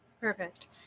Perfect